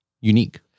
Unique